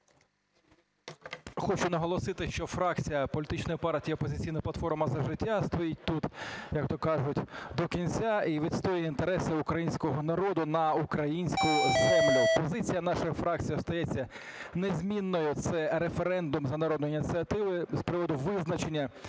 хочу наголосити, що фракція політичної партії "Опозиційна платформа - За життя" стоїть тут, як то кажуть, до кінця і відстоює інтереси українського народу на українську землю. Позиція нашої фракції остається незмінною – це референдум за народною ініціативою з приводу визначення,